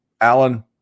Alan